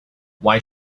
why